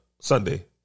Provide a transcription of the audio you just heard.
Sunday